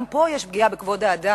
גם פה יש פגיעה בכבוד האדם.